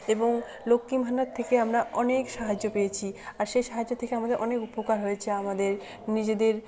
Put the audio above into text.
এবং লক্ষ্মীর ভান্ডার থেকে আমরা অনেক সাহায্য পেয়েছি আর সেই সাহায্য থেকে আমাদের অনেক উপকার হয়েছে আমাদের নিজেদের